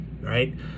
right